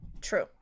True